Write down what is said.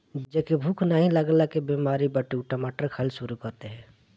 जेके भूख नाही लागला के बेमारी बाटे उ टमाटर खाए शुरू कर दे